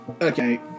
okay